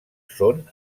són